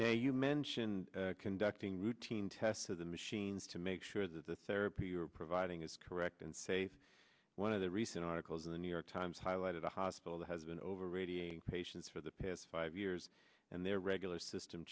now you mentioned conducting routine tests of the machines to make sure the therapy you're providing is correct and safe one of the recent articles in the new york times highlighted a hospital that has been over radiating patients for the past five years and their regular system